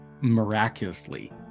miraculously